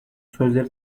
sözleri